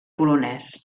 polonès